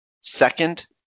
Second